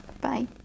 Bye